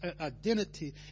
identity